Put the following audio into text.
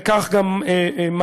וכך גם מעלה-אדומים,